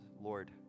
Lord